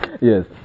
Yes